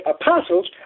apostles